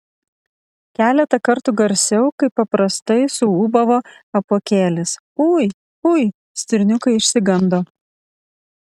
keletą kartų garsiau kaip paprastai suūbavo apuokėlis ui ui stirniukai išsigando